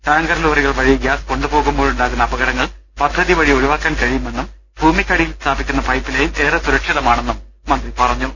tanker ലോറികൾ വഴി gas കൊണ്ടുപോകുമ്പോഴുണ്ടാകുന്ന അപകടങ്ങൾ പദ്ധതി വഴി ഒഴിവാക്കാൻ കഴിയുമെന്നും ഭൂമിക്കടിയിൽ സ്ഥാപിക്കുന്ന പൈപ്പ് ലൈൻ ഏറെ സുരക്ഷിതമാണെന്നും മന്ത്രി പറഞ്ഞു